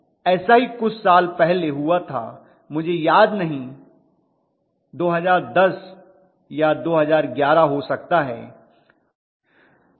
ऐसा ही कुछ साल पहले हुआ था मुझे याद नहीं 2010 या 2011 हो सकता है